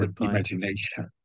imagination